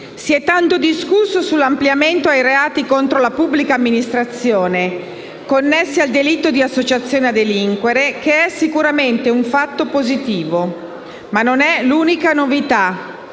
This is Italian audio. Si è tanto discusso sull'ampliamento ai reati contro la pubblica amministrazione connessi al delitto di associazione a delinquere, che è sicuramente un fatto positivo. Non è però l'unica novità.